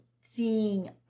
seeing